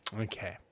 Okay